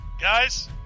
guys